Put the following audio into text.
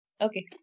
Okay